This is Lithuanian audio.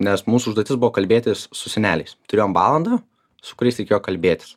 nes mūsų užduotis buvo kalbėtis su seneliais turėjom valandą su kuriais reikėjo kalbėtis